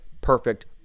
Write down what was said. perfect